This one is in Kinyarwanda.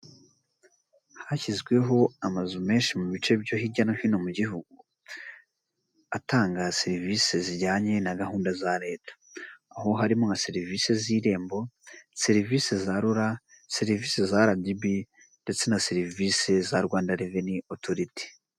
Hashyizweho amazu menshi mu bice byo hirya no hino mu gihugu atanga serivisi zijyanye na gahunda za leta aho harimo na serivisi z'irembo, serivisi za RURA, serivisi za RDB, ndetse na serivisi za Rwanda Revenue Authoritiy.